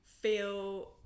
feel